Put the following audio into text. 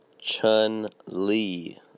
Chun-Li